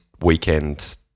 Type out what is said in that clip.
weekend